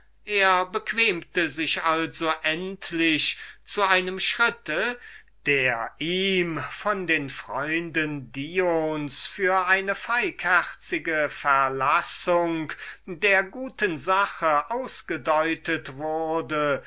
er bequemte sich also endlich einen schritt zu tun der ihm von den freunden dions für eine feigherzige verlassung der guten sache ausgelegt wurde